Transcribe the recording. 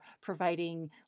providing